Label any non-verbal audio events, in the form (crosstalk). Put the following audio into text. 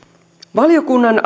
valiokunnan (unintelligible)